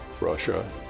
Russia